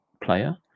player